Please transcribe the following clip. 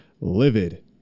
livid